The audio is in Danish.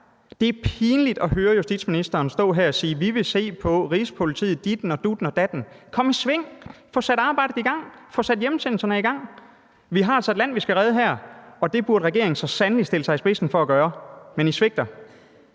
Det er pinligt at høre justitsministeren stå her og sige: Vi vil se på, Rigspolitiet, ditten og dutten og datten. Kom i sving, få sat arbejdet i gang, få sat hjemsendelserne i gang! Vi har altså et land, vi skal redde her, og det burde regeringen så sandelig stille sig i spidsen for at gøre. Men I svigter.